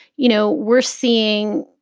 you know, we're seeing